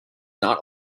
not